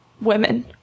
women